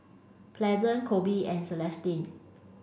pleasant Koby and Celestine